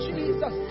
Jesus